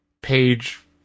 page